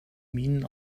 minen